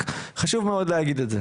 חשוב מאוד להגיד את זה.